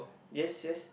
yes yes